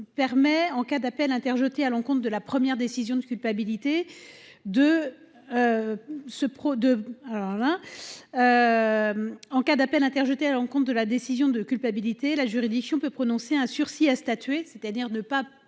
en cas d’appel interjeté à l’encontre de la décision de culpabilité, la possibilité de prononcer un sursis à statuer, c’est à dire de ne pas